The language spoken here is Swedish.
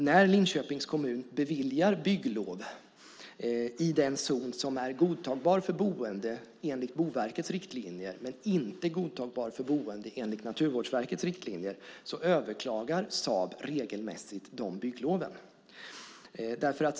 När Linköpings kommun beviljar bygglov i den zon som är godtagbar för boende enligt Boverkets riktlinjer men inte godtagbar för boende enligt Naturvårdsverkets riktlinjer överklagar Saab regelmässigt de byggloven.